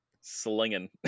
slinging